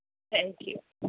thank you